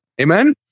Amen